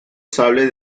sable